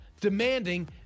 demanding